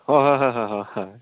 হয় হয় হয় হয় হয় হয়